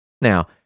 Now